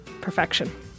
Perfection